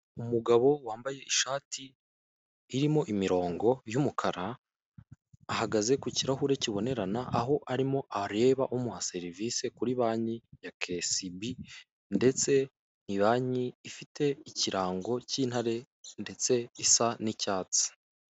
Umugabo wambaye ishati irimo imirongo y'umukara, ahagaze ku kirahure kibonerana aho arimo areba umuha serivisi kuri banki ya kesibi, ndetse ni banki ifite ikirango cy'intare ndetse isa n'icyatsi.